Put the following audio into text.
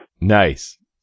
Nice